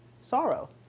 sorrow